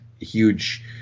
huge